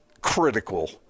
critical